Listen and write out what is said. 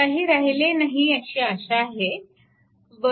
काही राहिले नाही अशी आशा आहे 0